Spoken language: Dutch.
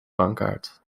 bankkaart